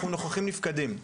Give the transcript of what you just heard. אנחנו נוכחים נפקדים.